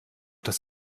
das